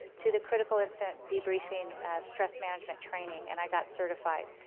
to the critical incident debriefing stress management training and i got certified.